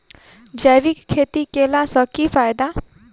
जैविक खेती केला सऽ की फायदा?